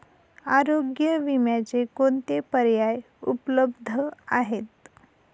आरोग्य विम्याचे कोणते पर्याय उपलब्ध आहेत?